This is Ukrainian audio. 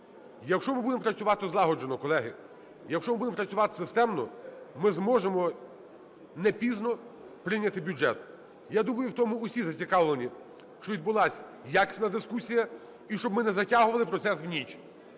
Якщо ми будемо працювати злагоджено, колеги, якщо ми будемо працювати системно, ми зможемо не пізно прийняти бюджет. Я думаю, у тому всі зацікавлені, щоб відбулась якісна дискусія і щоб ми не затягували процес в ніч.